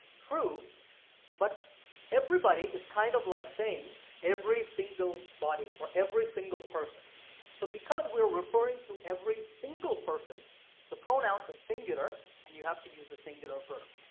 true but everybody is kind of like saying every single body or every single person so because we're referring to every single person the pronoun is singular and you have to use a singular verb.